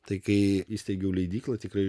tai kai įsteigiau leidyklą tikrai